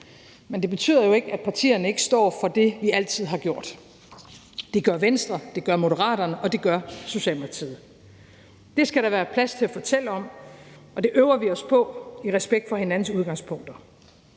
Men det betyder jo ikke, at partierne ikke står for det, vi altid har gjort. Det gør Venstre, det gør Moderaterne, og det gør Socialdemokratiet. Det skal der være plads til at fortælle om, og det øver vi os på i respekt for hinandens udgangspunkter.